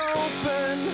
open